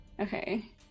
okay